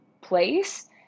place